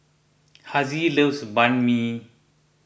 Hassie loves Banh Mi